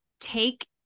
take